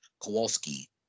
Kowalski